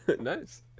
Nice